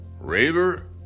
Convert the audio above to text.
Raver